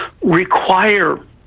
require